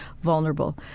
vulnerable